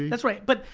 that's right. but,